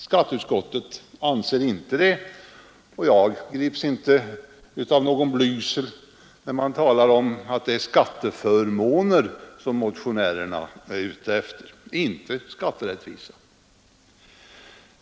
Skatteutskottet anser inte det, och jag grips inte av någon blygsel när man talar om att det är skatteförmåner som motionärerna är ute efter, inte skatterättvisa.